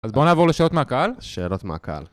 אז בואו נעבור לשאלות מהקהל. שאלות מהקהל.